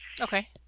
Okay